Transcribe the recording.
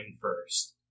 first